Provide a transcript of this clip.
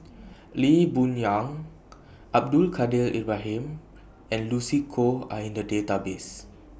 Lee Boon Yang Abdul Kadir Ibrahim and Lucy Koh Are in The Database